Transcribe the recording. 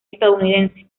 estadounidense